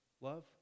Love